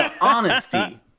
honesty